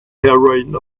heroine